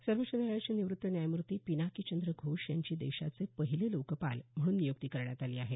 सर्वोच्च न्यायालयाचे निवृत्त न्यायमूर्ती पिनाकी चंद्र घोष यांची देशाचे पहिले लोकपाल म्हणून नियुक्ती करण्यात आली आहे